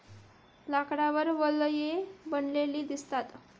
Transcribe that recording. लाकडावर वलये बनलेली दिसतात